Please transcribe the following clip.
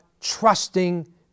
trusting